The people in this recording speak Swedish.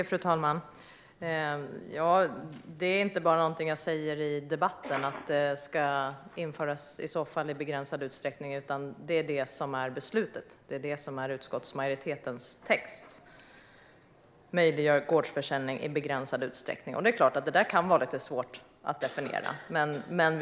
Fru talman! Att det i så fall ska införas i begränsad omfattning är inte bara någonting som jag säger i debatten, utan det är detta som är beslutet. Det är detta - att det möjliggör gårdsförsäljning i begränsad utsträckning - som är utskottsmajoritetens text. Det kan naturligtvis vara lite svårt att definiera.